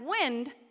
wind